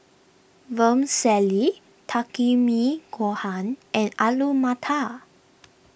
Vermicelli Takikomi Gohan and Alu Matar